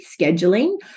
Scheduling